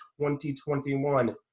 2021